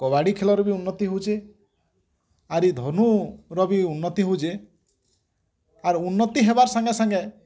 କବାଡ଼ି ଖେଳ ର ବି ଉନ୍ନତି ହଉଚି ଆରି ଧନୁ ର ବି ଉନ୍ନତି ହଉଛି ଆର୍ ଉନ୍ନତି ହେବାର୍ ସାଙ୍ଗେ ସାଙ୍ଗେ